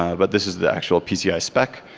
ah but this is the actual pci spec